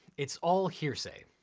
it's all hearsay.